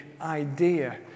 idea